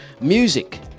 music